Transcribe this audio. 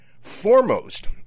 Foremost